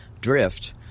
drift